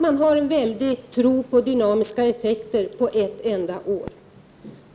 De har en väldig tro på dynamiska effekter på ett enda år.